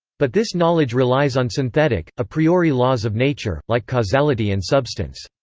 but this knowledge relies on synthetic, a priori laws of nature, like causality and substance.